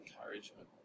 encouragement